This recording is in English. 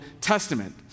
Testament